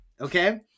okay